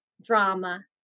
Drama